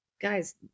guys